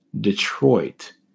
Detroit